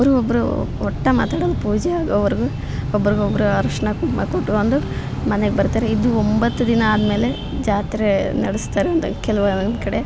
ಒಬ್ರಿಗೊಬ್ರು ಒಟ್ಟು ಮಾತಾಡೋಲ್ಲ ಪೂಜೆ ಆಗೋವರೆಗೂ ಒಬ್ರಿಗೊಬ್ರು ಅರ್ಶಿನ ಕುಂಕುಮ ಕೊಟ್ಕೊಂಡು ಮನೆಗೆ ಬರ್ತಾರೆ ಇದು ಒಂಬತ್ತು ದಿನ ಆದಮೇಲೆ ಜಾತ್ರೆ ನಡೆಸ್ತಾರೆ ಕೆಲವೊಂದು ಕಡೆ